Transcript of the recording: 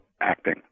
acting